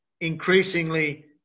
increasingly